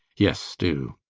yes, do.